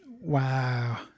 Wow